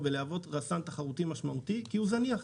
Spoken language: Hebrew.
ולהוות רסן תחרותי משמעותי כי הוא זניח.